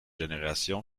génération